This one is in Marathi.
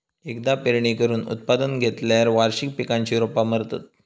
एकदा पेरणी करून उत्पादन घेतल्यार वार्षिक पिकांची रोपा मरतत